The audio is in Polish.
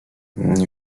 nie